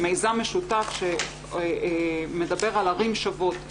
מיזם משותף שמדבר על ערים שוות,